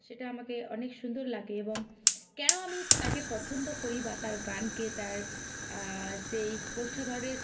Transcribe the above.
সেটা আমাকে অনেক সুন্দর লাগে এবং কেন আমি তাকে পছন্দ করি বা তার গানকে তার সেই কোষ্ঠাধরের